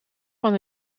van